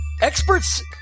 Experts